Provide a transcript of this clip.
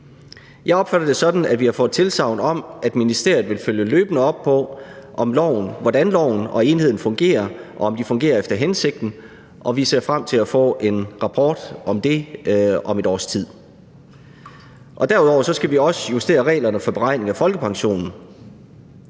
Jeg opfatter det sådan, at vi har fået tilsagn om, at ministeriet vil følge løbende op på, hvordan loven og enheden fungerer, og om de fungerer efter hensigten, og vi ser frem til at få en rapport om det om et års tid. Derudover skal vi også justere reglerne for beregning af folkepensionen.